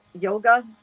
yoga